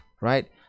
right